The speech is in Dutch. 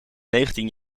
negentien